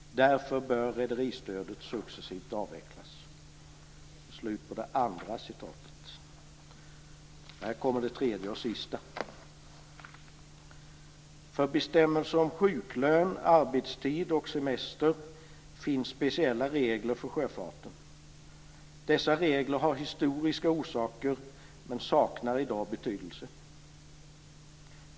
Därför bör rederistödet successivt avvecklas." Det tredje och sista citatet: "För bestämmelser om sjuklön, arbetstid och semester finns speciella regler för sjöfarten. Dessa regler har historiska orsaker men saknar i dag betydelse.